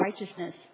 Righteousness